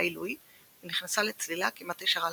עילוי ונכנסה לצלילה כמעט ישרה לחלוטין.